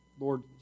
Lord